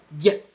yes